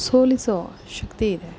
ಸೋಲಿಸೋ ಶಕ್ತಿಯಿದೆ